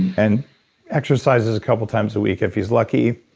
and exercises a couple of times a week if he's lucky,